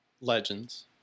Legends